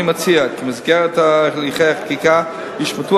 אני מציע כי במסגרת הליכי החקיקה יושמטו